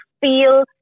feel